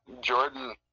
Jordan